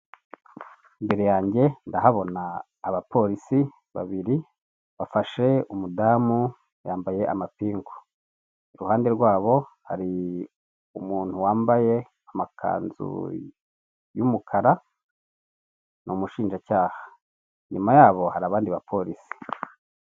Imbere yanjye ndahabona abapolisi babiri bafashe umudamu yambaye amapingu iruhande rwabo hari umuntu wambaye amakanzu y'umukara ni umushinjacyaha inyuma yaho hari abandi bapolisi .